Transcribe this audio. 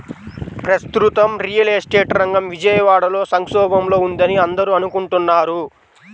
ప్రస్తుతం real estate రంగం విజయవాడలో సంక్షోభంలో ఉందని అందరూ అనుకుంటున్నారు